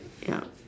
yup